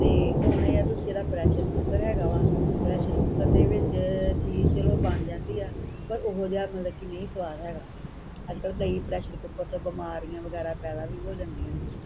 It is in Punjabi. ਅਤੇ ਹੁਣ ਇਹ ਆ ਵੀ ਜਿਹੜਾ ਪ੍ਰੈਸ਼ਰ ਕੁਕਰ ਹੈਗਾ ਵਾ ਪ੍ਰੈਸ਼ਰ ਕੁਕਰ ਦੇ ਵਿੱਚ ਚੀਜ਼ ਚਲੋ ਬਣ ਜਾਂਦੀ ਆ ਪਰ ਉਹੋ ਜਿਹਾ ਮਤਲਬ ਕਿ ਨਹੀਂ ਸਵਾਦ ਹੈਗਾ ਅੱਜ ਕੱਲ੍ਹ ਕਈ ਪ੍ਰੈਸ਼ਰ ਕੁਕਰ ਤੋਂ ਬਿਮਾਰੀਆਂ ਵਗੈਰਾ ਪੈਦਾ ਵੀ ਹੋ ਜਾਂਦੀਆਂ ਨੇ